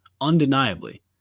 undeniably